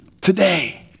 today